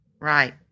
Right